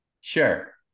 sure